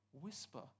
Whisper